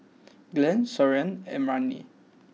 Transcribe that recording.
Glen Soren and Marni